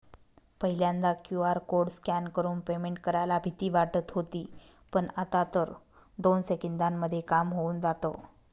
पहिल्यांदा QR code scan करून payment करायला भीती वाटत होती पण, आता तर दोन सेकंदांमध्ये काम होऊन जातं